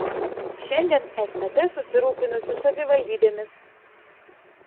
šiandien stt susirūpinusi savivaldybėmis